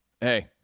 Hey